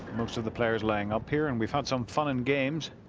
most of the players laying up here. and we found some fun and games